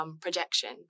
projection